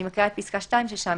אקרא את פסקה (2).